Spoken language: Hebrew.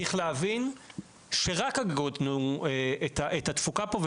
צריך להבין את התפוקה פה.